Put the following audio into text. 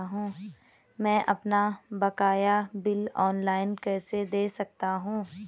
मैं अपना बकाया बिल ऑनलाइन कैसे दें सकता हूँ?